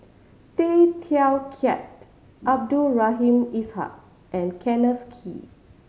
Tay Teow Kiat Abdul Rahim Ishak and Kenneth Kee